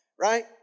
Right